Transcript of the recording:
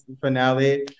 finale